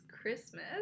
Christmas